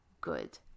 good